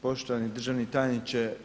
Poštovani državni tajniče.